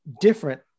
different